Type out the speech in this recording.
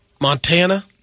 Montana